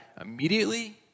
immediately